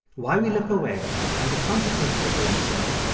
why we look away and the consequences of doing so,